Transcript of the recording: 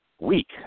week